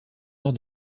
nord